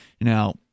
Now